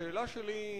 השאלה שלי,